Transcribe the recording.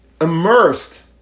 immersed